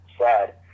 Sad